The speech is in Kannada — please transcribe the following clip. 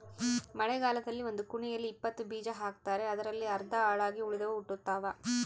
ಮಳೆಗಾಲದಲ್ಲಿ ಒಂದು ಕುಣಿಯಲ್ಲಿ ಇಪ್ಪತ್ತು ಬೀಜ ಹಾಕ್ತಾರೆ ಅದರಲ್ಲಿ ಅರ್ಧ ಹಾಳಾಗಿ ಉಳಿದವು ಹುಟ್ಟುತಾವ